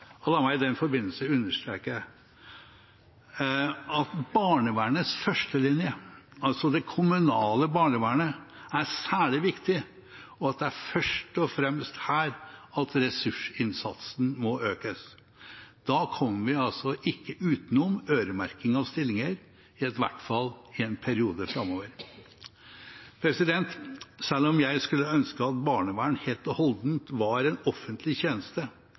hverdag. La meg i den forbindelse understreke at barnevernets førstelinje, altså det kommunale barnevernet, er særlig viktig, og at det først og fremst er her ressursinnsatsen må økes. Da kommer vi ikke utenom øremerking av stillinger – i hvert fall i en periode framover. Selv om jeg skulle ønske at barnevern helt og holdent var en offentlig tjeneste,